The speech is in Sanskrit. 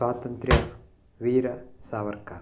स्वातन्त्र्यवीरः सावरकरः